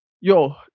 yo